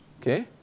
Okay